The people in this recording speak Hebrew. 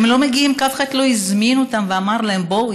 הם לא מגיעים כי אף אחד לא הזמין אותם ואמר להם: בואו,